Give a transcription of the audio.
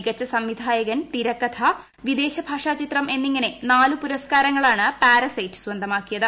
മികച്ച സംവിധായകൻ തിരക്കഥ വിദേശ ഭാഷ ചിത്രം എന്നിങ്ങനെ നാല് പുരസ്കാരങ്ങളാണ് പാരസൈറ്റ് സ്വന്തമാക്കിയത്